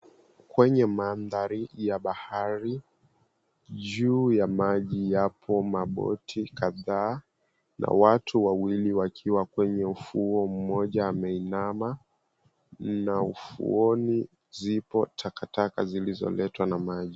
Kwenye maandhari ya bahari juu ya maji yapo maboti kadhaa na watu wawili wakiwa kwenye ufuo mmoja ameinama na ufuoni zipo takataka zilizoletwa na maji.